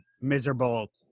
miserable